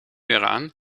eraan